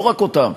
לכן,